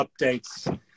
updates